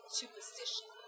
superstition